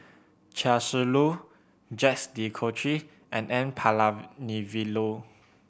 Chia Shi Lu Jacques De Coutre and N Palanivelu